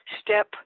step